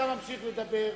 אתה ממשיך לדבר,